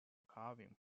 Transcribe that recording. carving